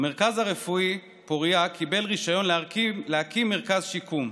המרכז הרפואי פוריה קיבל רישיון להקים מרכז שיקום,